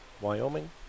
Wyoming